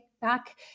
back